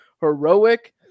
heroic